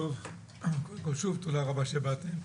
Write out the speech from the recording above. תודה רבה שבאתם.